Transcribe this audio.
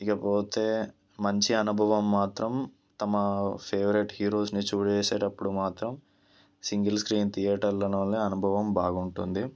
ఇక పోతే మంచి అనుభవం మాత్రం తమ ఫేవరెట్ హీరోస్ని చూసేటప్పుడు మాత్రం సింగిల్ స్క్రీన్ థియేటర్లలోనే అనుభవం బాగుంటుంది